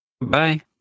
Bye